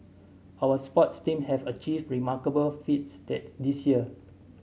our sports team have achieved remarkable feats that this year